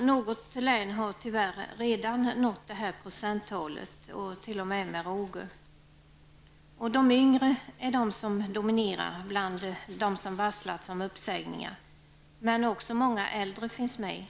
I något län har man tyvärr redan uppnått procenttalet 4,5 i arbetslöshet -- med råge. De yngre dominerar bland dem som varslats om uppsägningar, men också många äldre har varslats.